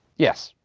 yes.